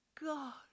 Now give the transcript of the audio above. God